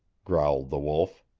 growled the wolf.